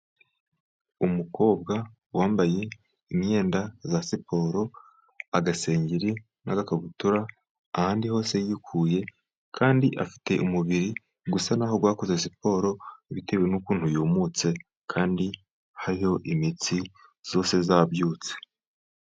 Umukobwa wambaye imyenda za siporo agasengeri n'agakabutura ahandi hose yikuye, kandi afite umubiri usa naho yakoze siporo bitewe n'ukuntu yumutse kandi hariho imitsi yose yabyutse.